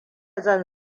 zan